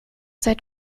seit